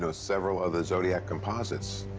so several other zodiac composites.